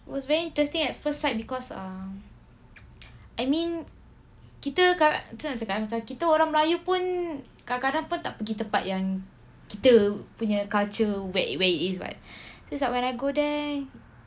it was very interesting at first sight because ah I mean kita kalau macam mana nak cakap ah kita orang melayu pun kadang-kadang pun tak pergi tempat yang kita punya culture where where it is [what] so it's like when I go there